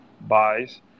buys